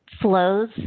flows